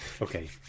okay